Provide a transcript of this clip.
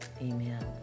Amen